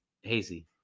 Hazy